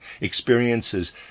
experiences